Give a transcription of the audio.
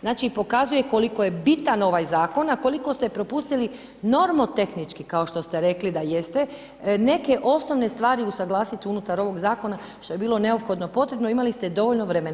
Znači pokazuje koliko je bitan ovaj zakon a koliko ste propustili normotehnički kao što ste rekli da jeste, neke osnovne stvari usuglasiti unutar ovog zakona što bi bilo neophodno potrebno, imali ste dovoljno vremena.